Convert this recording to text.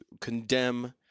condemn